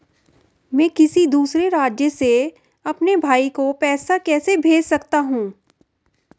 मैं किसी दूसरे राज्य से अपने भाई को पैसे कैसे भेज सकता हूं?